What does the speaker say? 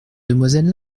demoiselle